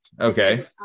okay